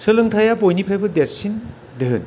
सोलोंथाया बयनिफ्रायबो देरसिन धोन